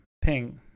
pink